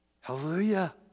Hallelujah